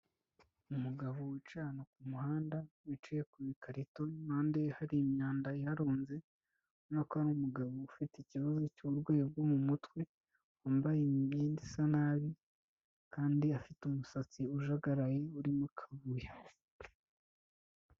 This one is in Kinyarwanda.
Umugabo wicaye ahantu k'umuhanda, wicaye kubikarito impande ye hari imyanda iharunze, urabona ko ari umugabo ufite ikibazo cy'uburwayi bwo mu mutwe, wambaye imyenda isa nabi kandi afite umusatsi ujagaraye urimo akavuye.